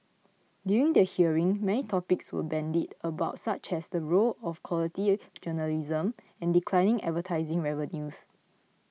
during the hearing many topics were bandied about such as the role of quality journalism and declining advertising revenues